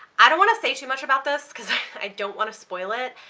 i don't want to say too much about this because i don't want to spoil it,